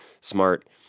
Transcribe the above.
smart